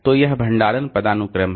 तो यह भंडारण पदानुक्रम है